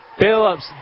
Phillips